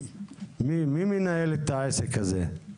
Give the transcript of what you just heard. מי מנהל את העסק הזה?